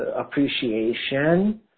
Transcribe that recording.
appreciation